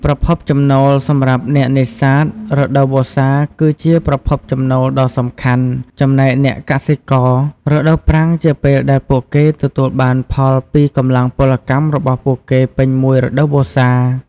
ប្រភពចំណូល សម្រាប់អ្នកនេសាទ រដូវវស្សាគឺជាប្រភពចំណូលដ៏សំខាន់ ចំណែកអ្នកកសិករ រដូវប្រាំងជាពេលដែលពួកគេទទួលបានផលពីកម្លាំងពលកម្មរបស់ពួកគេពេញមួយរដូវវស្សា។